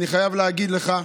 אני חייב להגיד לך,